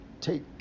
take